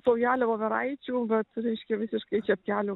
saujelę voveraičių vat reiškia visiškai čepkelių